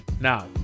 Now